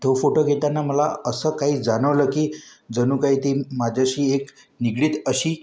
तो फोटो घेताना मला असं काही जाणवलं की जणू काही ती माझ्याशी एक निगडित अशी